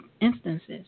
instances